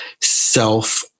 self